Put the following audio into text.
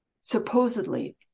supposedly